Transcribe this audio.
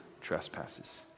trespasses